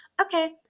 Okay